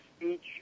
speech